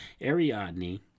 Ariadne